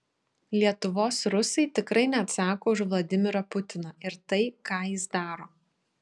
lietuvos rusai tikrai neatsako už vladimirą putiną ir tai ką jis daro